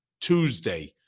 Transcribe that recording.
Tuesday